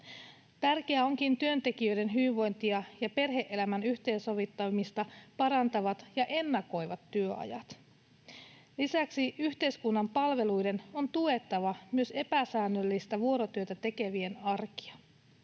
Tärkeää onkin työntekijöiden hyvinvointia ja perhe-elämän yhteensovittamista parantavat ja ennakoivat työajat. Lisäksi yhteiskunnan palveluiden on tuettava myös epäsäännöllistä vuorotyötä tekevien arkea.